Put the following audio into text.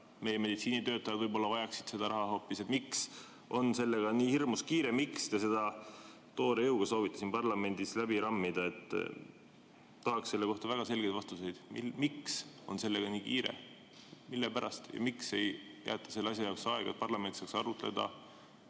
meie meditsiinitöötajad võib-olla vajaksid seda raha hoopis. Miks on sellega nii hirmus kiire? Miks te seda toore jõuga soovite siin parlamendis läbi rammida? Tahaks selle kohta väga selgeid vastuseid, miks on sellega nii kiire. Miks ei jäeta selle jaoks aega, et parlament saaks arutleda?